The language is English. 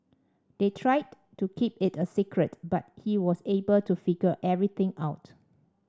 they tried to keep it a secret but he was able to figure everything out